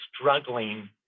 struggling